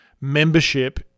membership